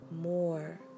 More